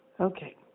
Okay